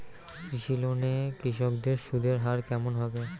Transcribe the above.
কৃষি লোন এ কৃষকদের সুদের হার কেমন হবে?